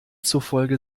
zufolge